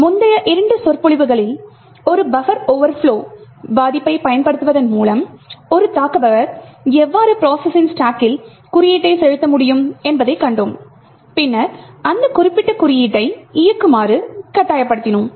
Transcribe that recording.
முந்தைய இரண்டு சொற்பொழிவுகளில் ஒரு பஃபர் ஓவர்ப்லொ பாதிப்பைப் பயன்படுத்துவதன் மூலம் ஒரு தாக்குபவர் எவ்வாறு ப்ரோசஸின் ஸ்டாக்கில் குறியீட்டை செலுத்த முடியும் என்பதைக் கண்டோம் பின்னர் அந்த குறிப்பிட்ட குறியீட்டை இயக்குமாறு கட்டாயப்படுத்துகிறோம்